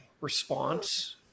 response